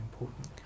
important